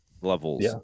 levels